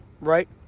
right